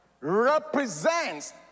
represents